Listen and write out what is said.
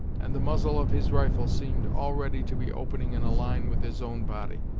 and the muzzle of his rifle seemed already to be opening in a line with his own body.